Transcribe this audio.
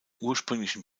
ursprünglichen